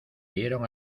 dieron